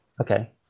Okay